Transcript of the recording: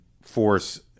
force